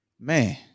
man